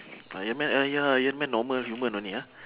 iron man ah ya iron man normal human only ah